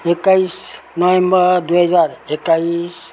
एक्काइस नभेम्बर दुई हजार एक्काइस